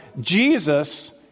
Jesus